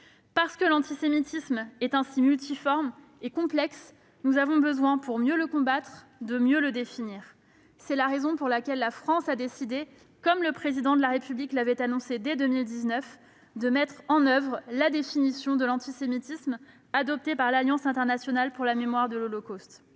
Parce que l'antisémitisme est ainsi multiforme et complexe, nous avons besoin, pour mieux le combattre, de mieux le définir. C'est la raison pour laquelle la France a décidé, comme le Président de la République l'a annoncé dès 2019, de mettre en oeuvre la définition de l'antisémitisme adoptée par l'Alliance internationale pour la mémoire de l'Holocauste.